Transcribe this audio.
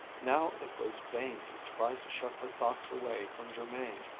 now it was vain to try to shut her thoughts away from jermain.